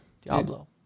Diablo